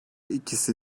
ikisi